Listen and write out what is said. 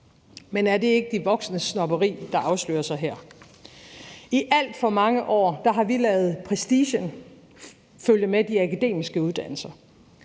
Men er det ikke de voksnes snobberi, der afslører sig her? I alt for mange år har vi ladet prestigen følge med de akademiske uddannelser,